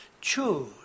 choose